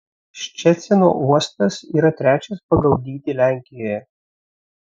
ščecino uostas yra trečias pagal dydį lenkijoje